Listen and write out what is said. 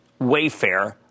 Wayfair